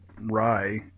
rye